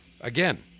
Again